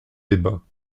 débats